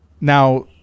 now